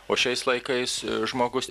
o šiais laikais žmogus